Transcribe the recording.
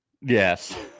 Yes